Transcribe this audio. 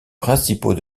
principaux